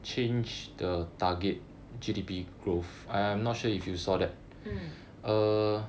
mm